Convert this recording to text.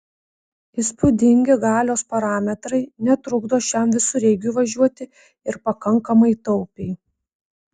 įspūdingi galios parametrai netrukdo šiam visureigiui važiuoti ir pakankamai taupiai